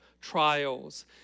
trials